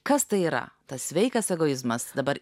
kas tai yra tas sveikas egoizmas dabar